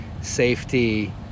safety